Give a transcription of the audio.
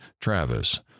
Travis